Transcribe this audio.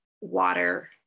water